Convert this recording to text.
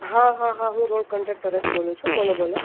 હા હા હા હા હું રોડ કોન્ટ્રાક્ટર જ બોલું છું બોલો બોલો